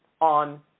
on